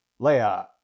Leia